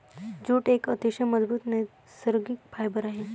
jute एक अतिशय मजबूत नैसर्गिक फायबर आहे